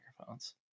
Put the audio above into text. microphones